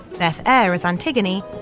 beth eyre as ah antigone,